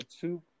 two